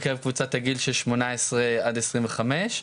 בקרב קבוצת הגיל של שמונה עשרה עד עשרים וחמש.